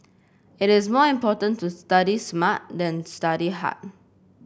it is more important to study smart than study hard